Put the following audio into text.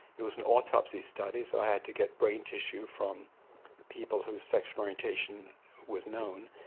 it was an autopsy study so i had to get brain tissue from people whose sexual orientation was known,